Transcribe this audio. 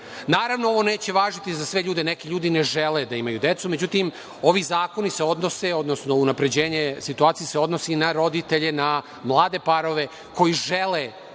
rade. Naravno, ovo neće važiti za sve ljude, neki ljudi ne žele da imaju decu, međutim, ovi zakoni se odnose, odnosno unapređenje situacije se odnosi na roditelje, na mlade parove koji žele